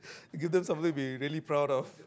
give them something we really proud of